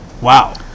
Wow